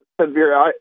severe